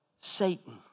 Satan